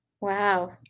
Wow